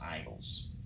idols